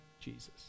Jesus